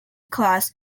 class